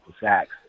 sacks